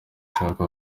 ushaka